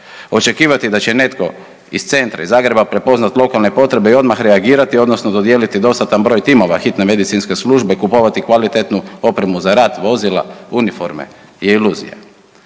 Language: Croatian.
Očekivati da će netko iz centra iz Zagreba prepoznati lokalne potrebe i odmah reagirati odnosno dodijeliti dostatan broj timova hitne medicinske službe, kupovati kvalitetnu opremu za rad, vozila, uniforme, je iluzija.